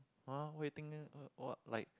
!huh! why you think eh uh what like